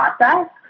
process